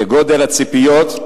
כגודל הציפיות,